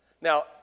Now